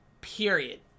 period